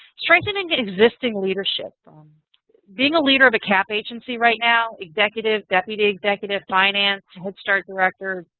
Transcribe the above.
strengthening existing leadership. being a leader of a cap agency right now, executives, deputy executives, finance, head start director,